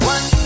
One